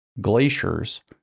glaciers